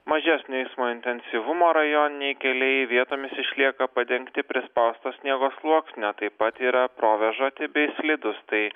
mažesnio eismo intensyvumo rajoniniai keliai vietomis išlieka padengti prispausto sniego sluoksnio taip pat yra provėžoti bei slidūs tai